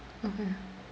okay